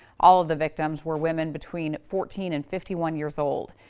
all of the victims were women between fourteen and fifty one years old.